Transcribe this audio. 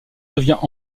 devient